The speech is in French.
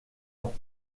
ans